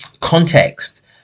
context